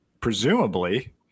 presumably